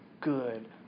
good